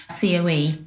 COE